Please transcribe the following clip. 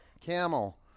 camel